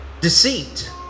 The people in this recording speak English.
Deceit